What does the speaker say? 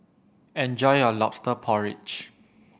enjoy your Lobster Porridge